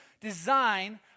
design